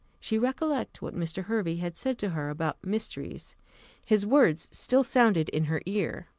she recollected what mr. hervey had said to her about mysteries his words still sounded in her ear.